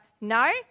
no